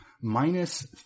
minus